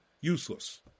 useless